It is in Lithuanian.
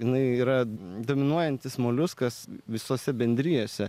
jinai yra dominuojantis moliuskas visose bendrijose